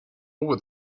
with